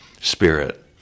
spirit